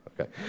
Okay